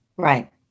Right